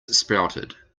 sprouted